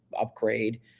upgrade